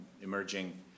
emerging